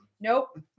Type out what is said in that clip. Nope